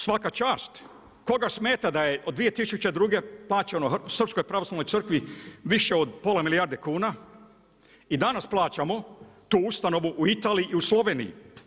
Svaka čast koga smeta da je od 2002. plaćeno Srpskoj pravoslavnoj crkvi više od pola milijarde kuna i danas plaćamo tu ustanovu u Italiji i u Sloveniji.